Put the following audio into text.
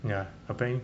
ya apparently